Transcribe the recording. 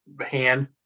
hand